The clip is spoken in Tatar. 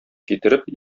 китереп